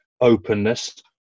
openness